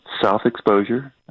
Self-exposure